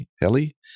heli